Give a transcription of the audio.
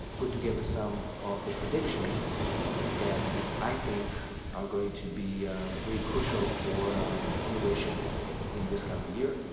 put together some of the predictions that i think are going to be really crucial for immigration in this coming year.